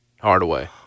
Hardaway